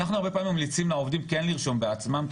אנחנו הרבה פעמים ממליצים לעובדים כן לרשום בעצמם,